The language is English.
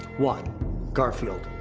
one garfield,